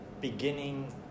beginning